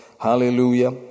hallelujah